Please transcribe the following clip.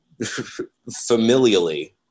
familially